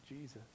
Jesus